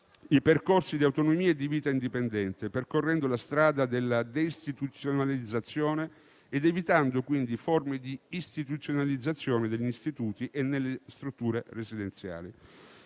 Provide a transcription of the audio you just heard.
i percorsi di autonomia e di vita indipendente, percorrendo la strada della deistituzionalizzazione ed evitando quindi forme di istituzionalizzazione negli istituti e nelle strutture residenziali.